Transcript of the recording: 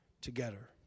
together